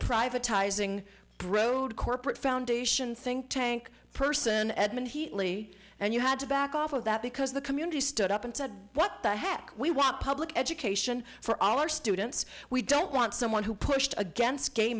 privatizing brode corporate foundation think tank person edmund heatley and you had to back off of that because the community stood up and said what the heck we want public education for all our students we don't want someone who pushed against gay